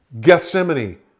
Gethsemane